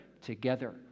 together